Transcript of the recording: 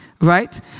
right